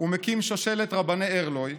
ומקים שושלת רבני ערלוי,